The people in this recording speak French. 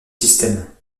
systèmes